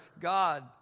God